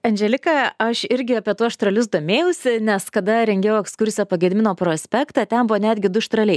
andželika aš irgi apie tuos šalius domėjausi nes kada rengiau ekskursiją po gedimino prospektą ten buvo netgi du štraliai